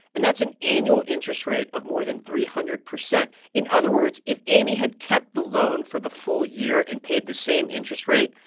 and that's an annual interest rate of more than three hundred percent. in other words, if amy had kept the loan for the full year and paid the same interest rate,